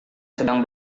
sedang